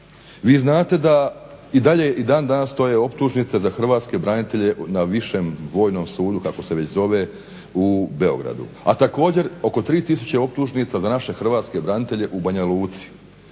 vi znate da i dalje i dan danas stoje optužnice za hrvatske branitelje na Višem vojnom sudu, kao se već zove u Beogradu. A također oko 3 tisuće optužnica za naše hrvatske branitelje u Banja Luci.